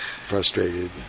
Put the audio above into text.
frustrated